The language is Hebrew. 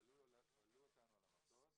העלו אותנו על המטוס